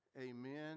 Amen